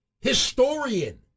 historian